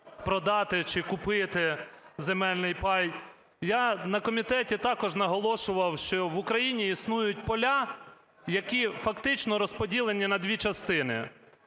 продати чи купити земельний пай. Я на комітеті також наголошував, що в Україні існують поля, які фактично розподілені на дві частини: